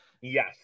yes